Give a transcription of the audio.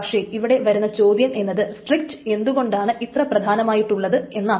പക്ഷെ ഇവിടെ വരുന്ന ചോദ്യം എന്നത് സ്ട്രിക്റ്റ് എന്തുകൊണ്ടാണ് ഇത്ര പ്രധാനമായിട്ടുള്ളത് എന്നതാണ്